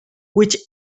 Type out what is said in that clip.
which